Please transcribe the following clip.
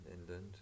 England